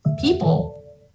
people